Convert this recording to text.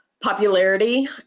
popularity